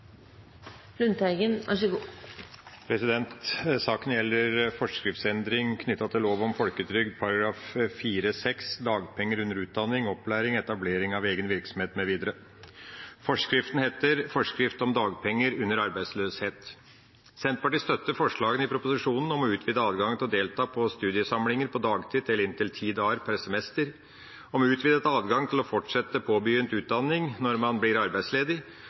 Saken gjelder forskriftsendring knyttet til lov om folketrygd § 4-6, «Dagpenger under utdanning, opplæring, etablering av egen virksomhet m.v.» Forskriften heter: «Forskrift om dagpenger under arbeidsløshet». Senterpartiet støtter forslagene i proposisjonen om å utvide adgangen til å delta på studiesamlinger på dagtid til inntil ti dager per semester, om utvidet adgang til å fortsette påbegynt utdanning når man blir arbeidsledig,